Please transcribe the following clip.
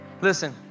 Listen